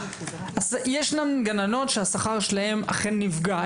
יש סייעות שהשכר שלהן אכן נפגע.